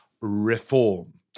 reform